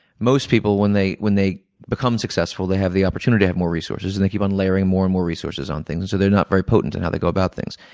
most people, when they when they become successful, they have the opportunity to have more resources and they keep on layering more and more resources on things and so they're not very potent in how they go about things.